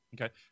Okay